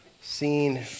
seen